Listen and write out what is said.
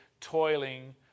toiling